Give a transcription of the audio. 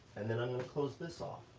and then i'm gonna close this off.